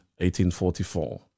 1844